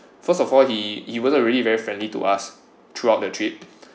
first of all he he wasn't really very friendly to us throughout the trip